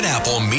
Apple